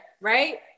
right